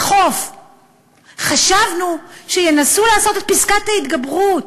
חשבנו שינסו לעשות את פסקת ההתגברות.